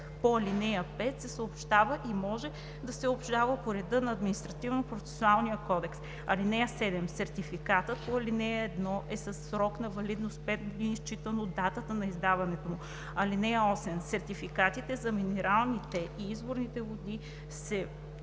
по ал. 5 се съобщава и може да се обжалва по реда на Административнопроцесуалния кодекс. (7) Сертификатът по ал. 1 е със срок на валидност 5 години, считано от датата на издаването му. (8) Сертификатите за минералните и изворните води се публикуват